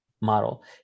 model